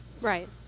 Right